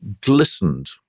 glistened